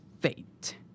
fate